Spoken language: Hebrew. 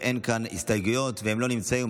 אין כאן הסתייגויות והם לא נמצאים.